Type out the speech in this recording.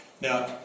Now